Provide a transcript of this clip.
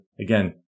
again